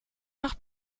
nach